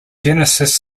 genesis